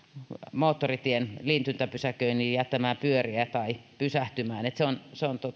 moottoritien liityntäpysäköintiin jättämään pyöriä tai pysähtymään että se on se on